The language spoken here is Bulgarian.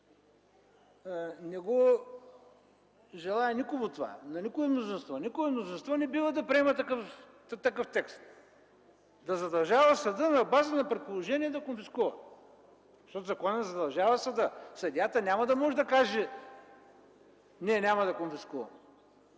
Не желая това на никое мнозинство. Никое мнозинство не бива да приема такъв текст – да задължава съда на база на предположения да конфискува. Защото законът задължава съда. Съдията няма да може да каже: „Не, няма да конфискувам”.